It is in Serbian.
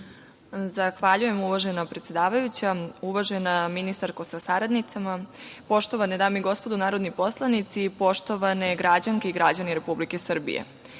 Zahvaljujem, uvažena predsedavajuća. Uvažena ministarko sa saradnicima, poštovane dame i gospodo narodni poslanici, poštovane građanke i građani Republike Srbije,